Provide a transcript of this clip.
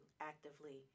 actively